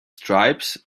stripes